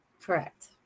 Correct